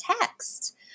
text